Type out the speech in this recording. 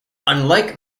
unlike